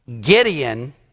Gideon